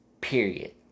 period